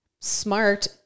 Smart